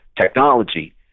technology